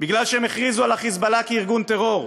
כי הם הכריזו על ה"חיזבאללה" ארגון טרור,